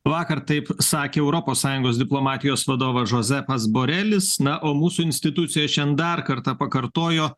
vakar taip sakė europos sąjungos diplomatijos vadovas džozefas borelis na o mūsų institucijs šian dar kartą pakartojo